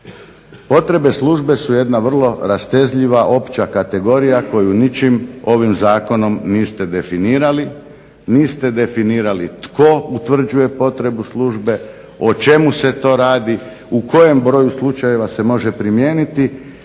Potrebe službe su jedna vrlo rastezljiva opća kategorija koju ničim ovim zakonom niste definirali, niste definirali tko utvrđuje potrebu službe, o čemu se to radi, u kojem broju slučajeva se može primijeniti